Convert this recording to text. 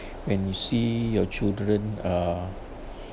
when you see your children uh